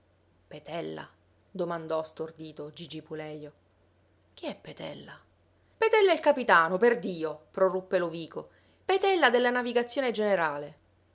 petella domandò stordito gigi pulejo chi è petella petella il capitano perdio proruppe lovico petella della navigazione generale